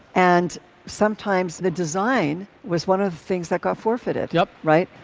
and sometimes the design was one of the things that got forfeited. yep. right.